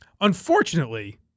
unfortunately